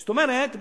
זאת אומרת,